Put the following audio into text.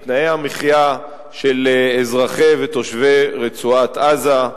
מתנאי המחיה של אזרחי ותושבי רצועת-עזה,